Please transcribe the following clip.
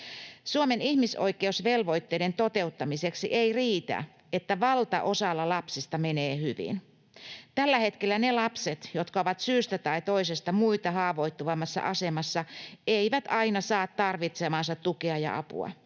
Suomen ihmisoikeusvelvoitteiden toteuttamiseksi ei riitä, että valtaosalla lapsista menee hyvin. Tällä hetkellä ne lapset, jotka ovat syystä tai toisesta muita haavoittuvammassa asemassa, eivät aina saa tarvitsemaansa tukea ja apua.